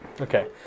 Okay